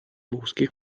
boschi